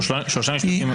שלושה משפטים אחרונים.